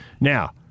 Now